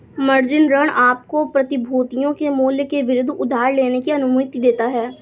margin ऋण आपको प्रतिभूतियों के मूल्य के विरुद्ध उधार लेने की अनुमति देता है